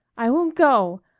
i won't go!